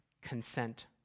consent